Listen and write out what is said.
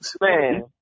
Man